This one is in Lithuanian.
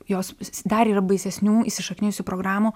jos dar yra baisesnių įsišaknijusių programų